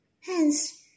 Hence